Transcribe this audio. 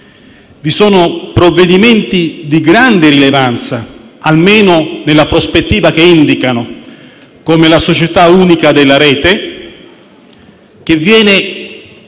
Vi sono norme di grande rilevanza, almeno nella prospettiva che indicano, come la società unica della rete, che viene